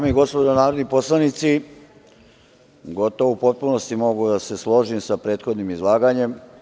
Dame i gospodo narodni poslanici, gotovo u potpunosti mogu da se složim sa prethodnim izlaganjem.